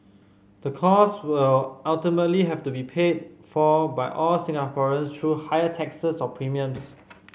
the cost will ultimately have to be pay for by all Singaporeans through higher taxes or premiums